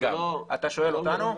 אתה שואל אותנו?